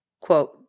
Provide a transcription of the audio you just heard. quote